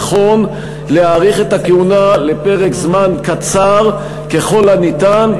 נכון להאריך את הכהונה לפרק זמן קצר ככל הניתן,